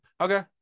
Okay